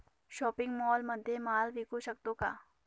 Shopping मॉलमध्ये माल विकू शकतो का?